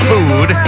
Food